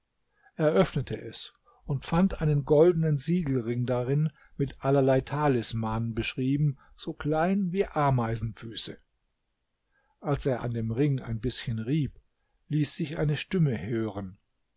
öffnete es und fand einen goldenen siegelring darin mit allerlei talismanen beschrieben so klein wie ameisenfüße als er an dem ring ein bißchen rieb ließ sich eine stimme hören